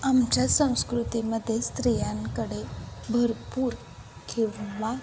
आमच्या संस्कृतीमध्ये स्त्रियांकडे भरपूर किंवा